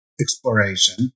exploration